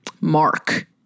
Mark